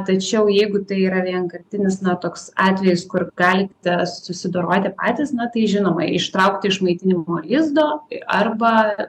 tačiau jeigu tai yra vienkartinis na toks atvejis kur galite susidoroti patys na tai žinoma ištraukti iš maitinimo lizdo arba